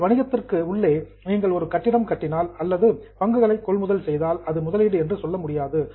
உங்கள் வணிகத்திற்கு உள்ளே நீங்கள் ஒரு கட்டிடம் கட்டினால் அல்லது ஸ்டாக் பங்குகளை கொள்முதல் செய்தால் அது முதலீடு என்று சொல்ல முடியாது